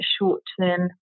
short-term